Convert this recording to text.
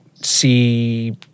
see